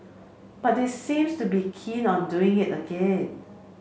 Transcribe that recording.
but they seems to be keen on doing it again